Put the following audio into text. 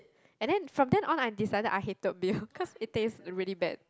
and then from then on I decided I hated beer cause it tastes really bad